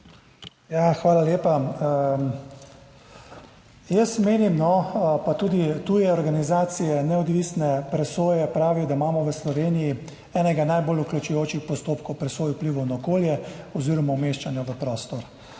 Hvala lepa. Menim, pa tudi tuje organizacije, neodvisne presoje, pravijo, da imamo v Sloveniji enega najbolj vključujočih postopkov presoje vplivov na okolje oziroma umeščanja v prostor.